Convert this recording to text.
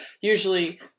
usually